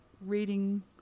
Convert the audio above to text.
reading